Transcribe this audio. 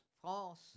France